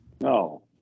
No